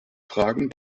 fragen